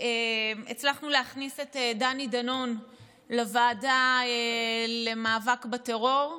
להכניס את דני דנון לוועדה למאבק בטרור,